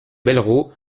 bellerots